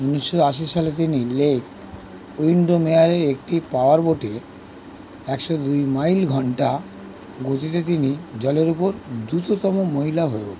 উনিশশো আশি সালে তিনি লেক উইন্ডোমেয়ারে একটি পাওয়ার বোটে একশো মাইল ঘন্টা গতিতে তিনি জলের উপর দ্রুততম মহিলা হয়ে ওঠেন